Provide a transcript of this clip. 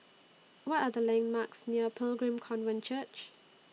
What Are The landmarks near Pilgrim Covenant Church